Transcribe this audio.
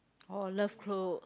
oh I love clothes